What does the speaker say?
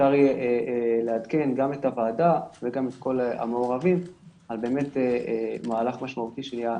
אפשר יהיה לעדכן גם את הוועדה וגם את כל המעורבים על מהלך משמעותי שיהיה